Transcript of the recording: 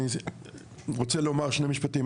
אני רוצה לומר שני משפטים.